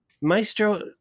Maestro